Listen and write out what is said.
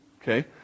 Okay